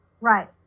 Right